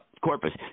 corpus